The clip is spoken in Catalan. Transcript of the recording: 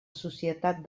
societat